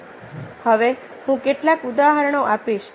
હવે હું કેટલાક ઉદાહરણો આપીશ